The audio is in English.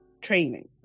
training